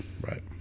Right